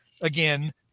again